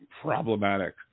problematic